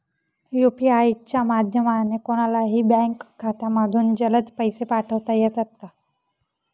UPI च्या माध्यमाने कोणलाही बँक खात्यामधून जलद पैसे पाठवता येतात का?